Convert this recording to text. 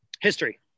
History